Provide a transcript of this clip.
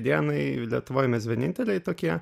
dienai lietuvoj mes vieninteliai tokie